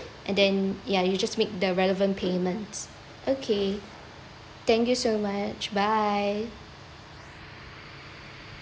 and then ya you just make the relevant payments okay thank you so much bye